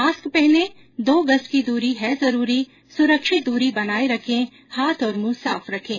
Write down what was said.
mask पहनें दो गज़ की दूरी है जरूरी सुरक्षित दूरी बनाए रखें हाथ और मुंह साफ रखें